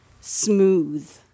smooth